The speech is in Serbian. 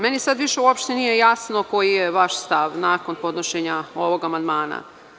Meni sada više nije jasno koji je vaš stav nakon podnošenja ovog amandmana.